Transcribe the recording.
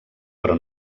però